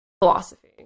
philosophy